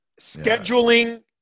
scheduling